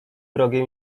wrogie